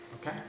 Okay